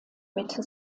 mitte